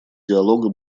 диалога